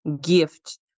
gift